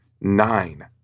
nine